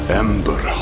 ember